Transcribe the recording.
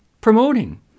promoting